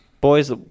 boys